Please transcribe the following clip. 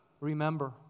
remember